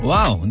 Wow